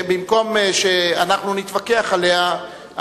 במקום שאנחנו נתווכח עליה,